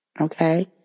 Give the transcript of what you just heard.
Okay